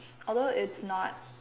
although it's not